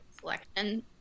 selection